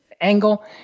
angle